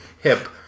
hip